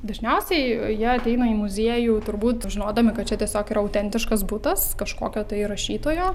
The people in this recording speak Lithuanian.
dažniausiai jie ateina į muziejų turbūt žinodami kad čia tiesiog yra autentiškas butas kažkokio tai rašytojo